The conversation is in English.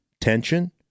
tension